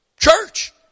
Church